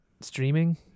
streaming